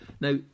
Now